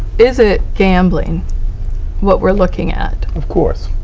is it gambling what we're looking at? of course.